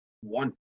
One